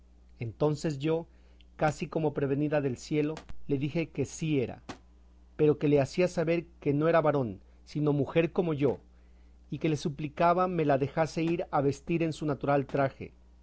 entonces yo casi como prevenida del cielo le dije que sí era pero que le hacía saber que no era varón sino mujer como yo y que le suplicaba me la dejase ir a vestir en su natural traje